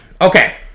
Okay